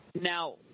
Now